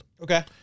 Okay